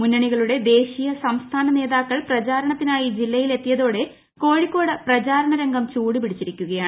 മുന്നണികളുടെ ദേശീയ സംസ്ഥാനു നേ്താക്കൾ പ്രചാരണത്തിനായി ജില്ലയിൽ എത്തിയതോടെ ക്കോഴിക്കോട് പ്രചാരണ രംഗം ചൂടുപിടിച്ചിരിക്കുകയാണ്